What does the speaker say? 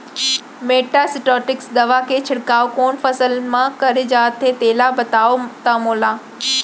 Metasystox दवा के छिड़काव कोन फसल म करे जाथे तेला बताओ त मोला?